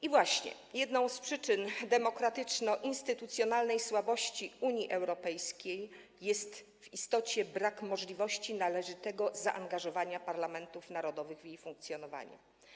I właśnie jedną z przyczyn demokratyczno-instytucjonalnej słabości Unii Europejskiej jest w istocie brak możliwości należytego zaangażowania parlamentów narodowych w jej funkcjonowanie.